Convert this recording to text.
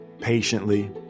patiently